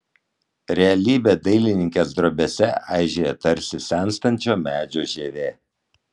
realybė dailininkės drobėse aižėja tarsi senstančio medžio žievė